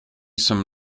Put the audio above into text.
some